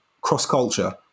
cross-culture